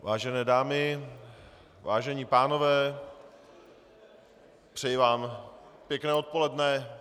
Vážené dámy, vážení pánové, přeji vám pěkné odpoledne.